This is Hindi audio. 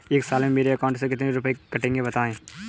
एक साल में मेरे अकाउंट से कितने रुपये कटेंगे बताएँ?